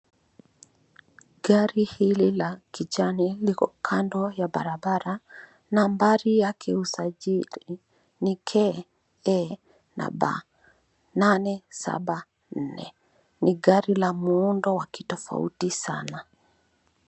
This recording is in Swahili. Gari hili la kijani liko kando ya barabara. Nambari yake ya usajili ni KEB 874. Ni gari la muundo wa kitofauti sana.